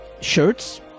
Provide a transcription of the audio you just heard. shirts